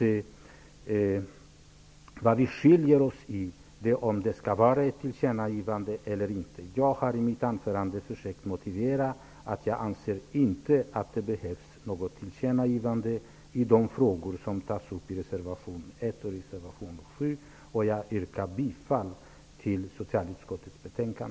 Vi skiljer oss åt i frågan om riksdagen skall göra ett tillkännagivande till regeringen. Jag har i mitt anförande försökt motivera att jag anser att det inte behövs något tillkännagivande i de frågor som tas upp i reservationerna 1 och 7. Jag yrkar bifall till socialutskottets hemställan.